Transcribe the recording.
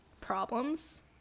problems